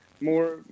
more